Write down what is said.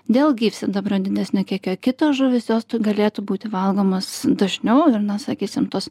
dėl gyvsidabrio didesnio kiekio kitos žuvys jos galėtų būti valgomos dažniau ir na sakysim tos